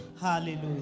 hallelujah